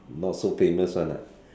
not so famous one lah